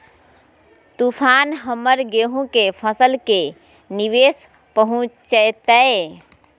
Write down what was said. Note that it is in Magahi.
तूफान हमर गेंहू के फसल के की निवेस पहुचैताय?